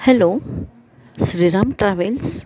hello Shri Ram travels